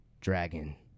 dragon